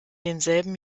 denselben